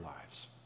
lives